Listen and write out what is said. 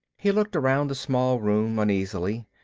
he looked around the small room uneasily.